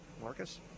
Marcus